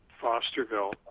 Fosterville